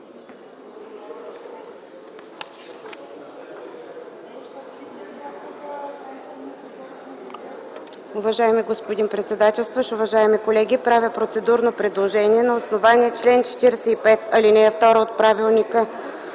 Уважаеми господин председателстващ, уважаеми колеги! Правя процедурно предложение – на основание чл. 45, ал. 2 от Правилника